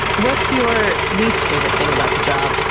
what's your least favorite thing about the job?